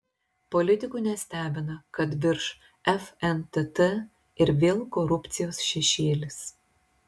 politikų nestebina kad virš fntt ir vėl korupcijos šešėlis